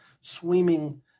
swimming